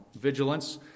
Vigilance